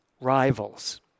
rivals